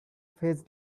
phase